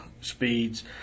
speeds